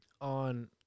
on